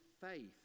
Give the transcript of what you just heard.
faith